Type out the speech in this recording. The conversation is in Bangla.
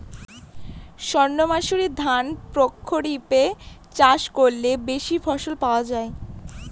সর্ণমাসুরি ধান প্রক্ষরিপে চাষ করলে বেশি ফলন পাওয়া যায়?